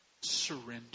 Surrender